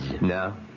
No